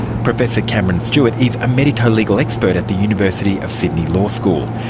professor cameron stewart is a medico-legal expert at the university of sydney law school.